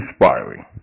inspiring